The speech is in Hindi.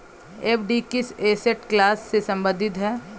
एफ.डी किस एसेट क्लास से संबंधित है?